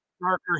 darker